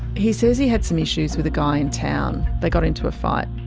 he says he had some issues with guy in town. they got into a fight.